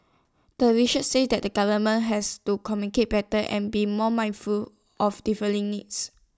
the researchers said that the government has to communicate better and be more mindful of differing needs